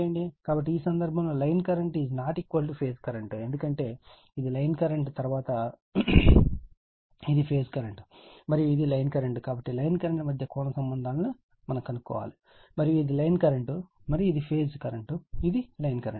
కాబట్టి ఈ సందర్భంలో లైన్ కరెంట్ ≠ ఫేజ్ కరెంట్ ఎందుకంటే ఇది లైన్ కరెంట్ తర్వాత ఇది ఫేజ్ కరెంట్ మరియు ఇది లైన్ కరెంట్ కాబట్టి లైన్ కరెంట్ మధ్య కొన్ని సంబంధాలను మనం కనుగొనాలి మరియు ఇది లైన్ కరెంట్ మరియు ఫేజ్ కరెంట్ ఇది లైన్ కరెంట్